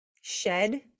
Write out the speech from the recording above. shed